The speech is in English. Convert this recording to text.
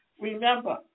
Remember